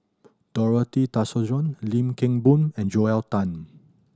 Dorothy Tessensohn Lim Kim Boon and Joel Tan